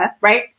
Right